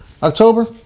October